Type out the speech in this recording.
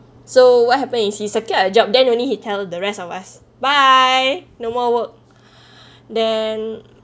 so what happened is he secured a job then only he tell the rest of us bye no more work then